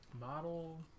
Model